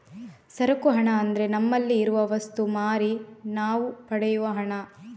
ಸರಕು ಹಣ ಅಂದ್ರೆ ನಮ್ಮಲ್ಲಿ ಇರುವ ವಸ್ತು ಮಾರಿ ನಾವು ಪಡೆಯುವ ಹಣ